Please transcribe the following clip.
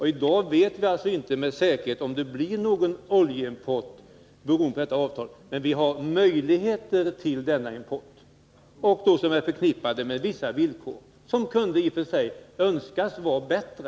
I dag vet vi inte med säkerhet om det blir någon oljimport beroende på detta avtal, men vi vet att vi har möjligheter till denna import, som då är förknippad med vissa villkor, vilka i och för sig kunde önskas vara bättre.